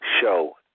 show